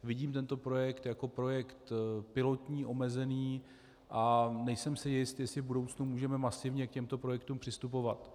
Vidím tento projekt jako projekt pilotní, omezený a nejsem si jist, jestli v budoucnu můžeme masivně k těmto projektům přistupovat.